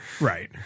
Right